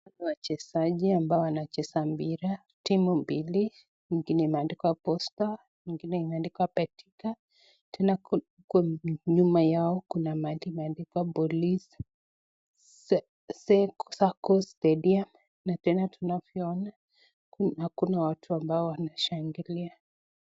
Wachezaji ambao wanacheza mpira timu mbili ingine imeandikwa posta ingine imeandikwa betika, tena nyumo yao kuna mandishi imeandikwa police saccos tentia tunavyoona kuna watu ambao wanashangilia.